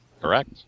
correct